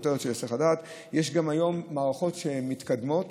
יש היום גם מערכות מתקדמות